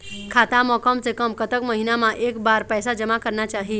खाता मा कम से कम कतक महीना मा एक बार पैसा जमा करना चाही?